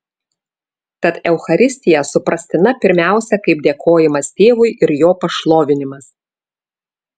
tad eucharistija suprastina pirmiausia kaip dėkojimas tėvui ir jo pašlovinimas